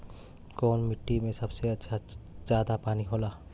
कौन मिट्टी मे सबसे ज्यादा पानी होला?